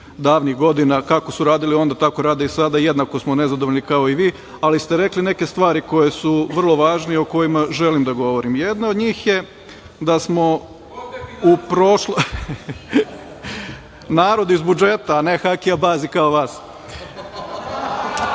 davnih godina, kako su radili onda tako rade i sada i jednako smo nezadovoljni kao i vi, ali ste rekli neke stvari koje su vrlo važne i o kojima želim da govorim. Jedno od njih je da smo u prošlom…(Radomir Lazović: Ko te finansira?)Narod